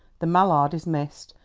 the mallard is missed,